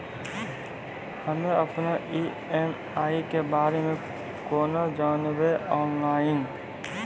हम्मे अपन ई.एम.आई के बारे मे कूना जानबै, ऑनलाइन?